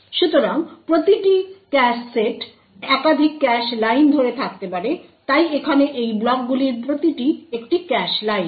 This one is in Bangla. সুতরাং প্রতিটি ক্যাশ সেট একাধিক ক্যাশ লাইন ধরে রাখতে পারে তাই এখানে এই ব্লকগুলির প্রতিটি একটি ক্যাশ লাইন